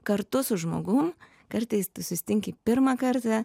kartu su žmogum kartais tu susitinki pirmą kartą